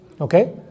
Okay